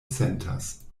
sentas